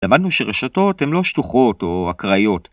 למדנו שרשתות הן לא שטוחות או אקראיות.